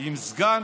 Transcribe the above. עם סגן